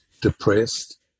depressed